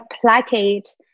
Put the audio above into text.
placate